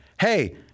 hey